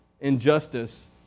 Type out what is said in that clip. injustice